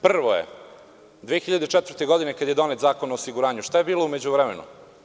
Prvo je, 2004. godine kada je donet Zakon o osiguranju, šta je bilo u međuvremenu?